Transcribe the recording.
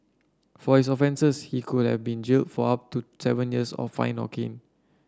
for his offences he could have been jailed for up to seven years or fined or caned